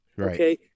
okay